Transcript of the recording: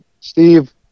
Steve